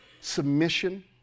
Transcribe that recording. submission